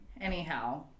Anyhow